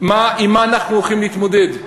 עם מה אנחנו הולכים להתמודד.